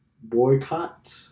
boycott